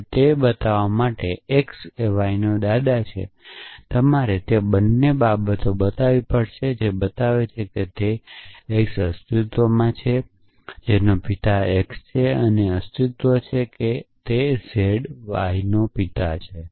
હવે તે બતાવવા માટે કે x એ y ના દાદા છે તમારે તે બંને બાબતો બતાવવી પડશે જે બતાવે છે કે ત્યાં z છે જેના પિતા x છે અને તે જ z એ y ના પિતા છે